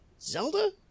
Zelda